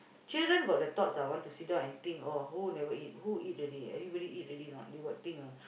children got the thoughts ah want to sit down and think oh who never eat who eat already everybody eat alraeady or not they got think or not